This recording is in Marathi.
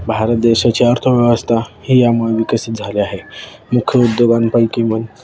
भारत देशाची अर्थव्यवस्था ही यामुळे विकसित झाले आहे मुख्य उद्योगांपैकी म्हन